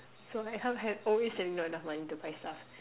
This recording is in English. so I have always have not enough money to buy stuff